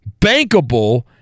bankable